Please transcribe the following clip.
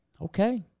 Okay